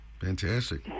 Fantastic